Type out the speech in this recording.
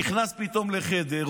נכנס פתאום לחדר,